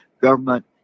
government